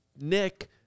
Nick